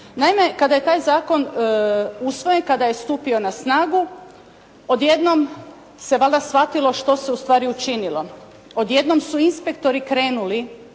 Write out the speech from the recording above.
Naime, kada je taj zakon usvojen, kada je stupio na snagu, odjednom se valjda shvatilo što se ustvari učinilo. Odjednom su inspektori krenuli,